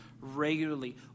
regularly